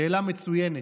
שאלה מצוינת,